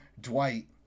Dwight